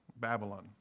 Babylon